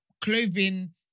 clothing